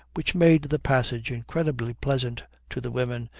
which made the passage incredibly pleasant to the women,